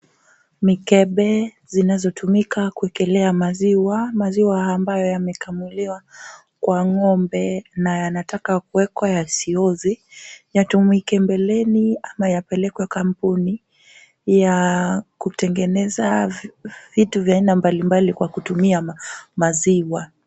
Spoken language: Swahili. Mikebe zinazotumika kuwekelea maziwa, maziwa ambayo yamekamuliwa kwa ngombe na yanataka kuwekwa yasioze, yatumike mbeleni ama yapelekwe kampuni ya kutengeneza vitu vya aina mbalimbali kwa kutumia maziwa.